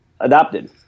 adopted